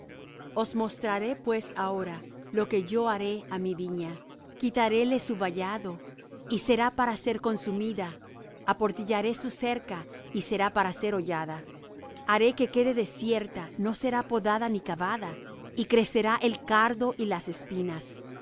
os mostraré pues ahora lo que haré yo á mi viña quitaréle su vallado y será para ser consumida aportillaré su cerca y será para ser hollada haré que quede desierta no será podada ni cavada y crecerá el cardo y las espinas